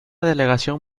delegación